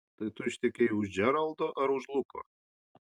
tai tu ištekėjai už džeraldo ar už luko